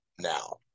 now